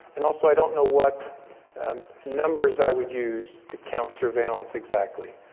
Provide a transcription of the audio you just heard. and also, i don't know what numbers i would use to count surveillance exactly.